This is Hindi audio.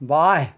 बाह